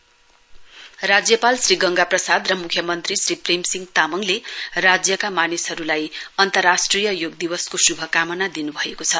yoga day message राज्यपाल श्री गंगा प्रसाद र मुख्यमन्त्री श्री प्रेम सिंह तामङले राज्यका मानिसहरूलाई अन्तर्राष्ट्रिय योग दिवसको श्भकामना दिन्भएको छ